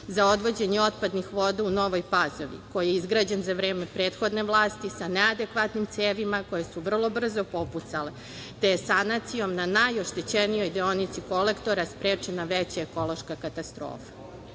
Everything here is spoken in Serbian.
za odvođenje otpadnih voda u Novoj Pazovi koji je izgrađen za vreme prethodne vlasti sa neadekvatnim cevima koje su vrlo brzo popucale, te je sanacijom na najoštećenijoj deonici kolektora sprečena veća ekološka katastrofa. Kratko